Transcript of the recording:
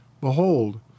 Behold